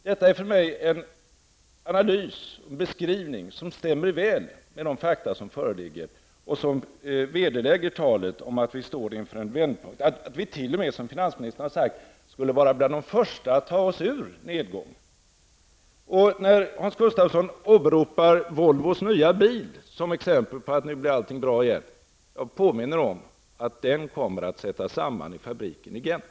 Detta är för mig en analys och beskrivning som stämmer väl med de fakta som föreligger och som vederlägger talet om att vi står inför en vändpunkt och t.o.m., som finansministern har sagt, skulle vara bland de första att ta oss ur nedgången. När Hans Gustafsson åberopar Volvos nya bil som exempel på att allting nu blir bra igen, vill jag påminna om att den kommer att sättas samman i fabriken i Gent.